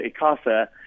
ICASA